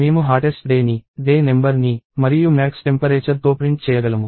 మేము hottest day ని day number ని మరియు మ్యాక్స్ టెంపరేచర్ తో ప్రింట్ చేయగలము